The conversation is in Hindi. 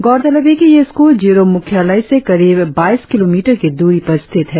गौरतलब है कि यह स्कूल जीरो मुख्यालय से करीब बाईस किलोमीटर की दूरी पर स्थित है